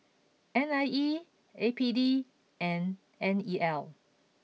N I E A P D and N E L